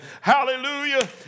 Hallelujah